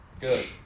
Good